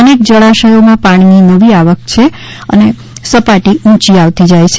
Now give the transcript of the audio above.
અનેક જળાશયમાં પાણી ની નવી આવક થતાં સપાટી ઊંચી આવતી જાય છે